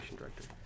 director